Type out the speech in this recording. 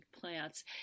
plants